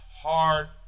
hard